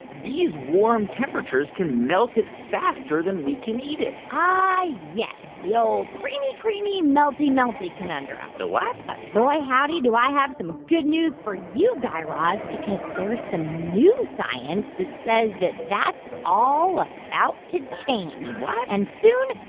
these warm temperatures can melt it faster than we can eat it ah, yes. the old creamy, creamy, melty, melty conundrum the what? but boy howdy, do i have some good news for you, guy raz because there's some new science that says that that's all about to change what? and soon,